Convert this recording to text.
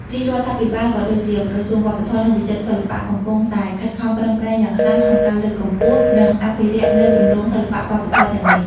រាជរដ្ឋាភិបាល ក៏ដូចជាក្រសួងវប្បធម៌ និងវិចិត្រសិល្បៈ កំពុងតែខិតខំប្រឹងប្រែងយ៉ាងខ្លាំងក្នុងការលើកកម្ពស់ និងអភិរក្សនូវទម្រង់សិល្បៈវប្បធម៌ទាំងនេះ។